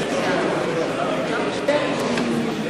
שכיהן כנבחר ציבור מהכנסת השמינית ועד הכנסת